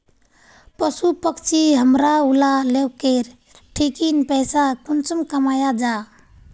पशु पक्षी हमरा ऊला लोकेर ठिकिन पैसा कुंसम कमाया जा?